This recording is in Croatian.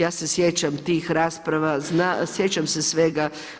Ja se sjećam tih rasprava, sjećam se svega.